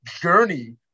journey